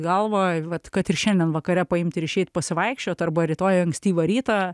galvą vat kad ir šiandien vakare paimt ir išeit pasivaikščiot arba rytoj ankstyvą rytą